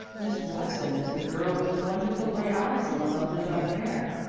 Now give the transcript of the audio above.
miss watson is the girl with the wonderful gray eyes and the lovely dark hair.